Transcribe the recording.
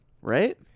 right